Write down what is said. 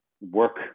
work